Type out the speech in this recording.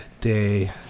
day